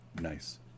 Nice